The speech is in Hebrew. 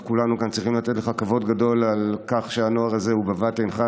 וכולנו כאן צריכים לתת לך כבוד גדול על כך שהנוער הזה הוא בבת עינך,